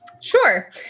Sure